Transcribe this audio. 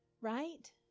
Right